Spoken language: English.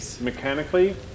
mechanically